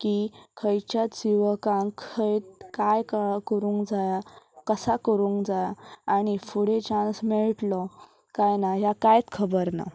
की खंयच्याच युवकांक खंयत कांय कळ करूंक जाय कसा करूंक जाय आनी फुडें चान्स मेळटलो काय ना ह्या कांयत खबर ना